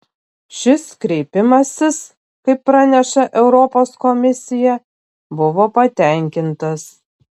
šis kreipimasis kaip praneša europos komisija buvo patenkintas